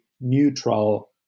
neutral